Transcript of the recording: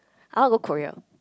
I want to go Korea